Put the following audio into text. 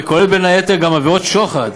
וכולל בין היתר עבירות שוחד,